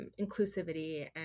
inclusivity